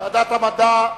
נגד הצביעו 37. אין נמנעים.